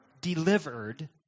delivered